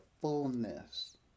fullness